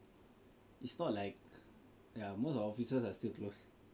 its not like ya most offices are still closed